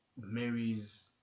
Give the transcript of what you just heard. marries